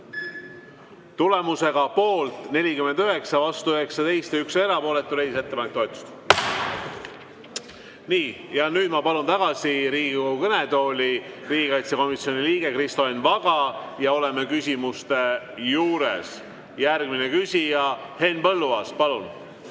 Tulemusega poolt 49, vastu 19 ja 1 erapooletu, leidis ettepanek toetust. Nii, ja nüüd ma palun tagasi Riigikogu kõnetooli riigikaitsekomisjoni liikme Kristo Enn Vaga. Oleme küsimuste juures. Järgmine küsija, Henn Põlluaas, palun!